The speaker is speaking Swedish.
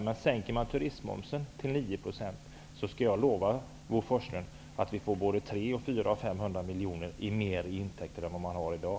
Men om turistmomsen sänks till 9 % lovar jag Bo Forslund att det kan bli såväl 300 och 400 som 500 miljoner kronor mer i intäkter än i dag.